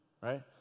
right